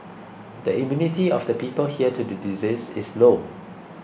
the immunity of the people here to the disease is low